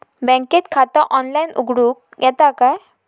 बँकेत खाता ऑनलाइन उघडूक येता काय?